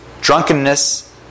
drunkenness